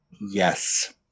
Yes